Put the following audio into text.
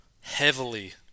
heavily